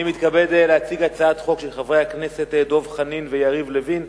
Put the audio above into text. אני מתכבד להציג הצעת חוק של חברי הכנסת דב חנין ויריב לוין,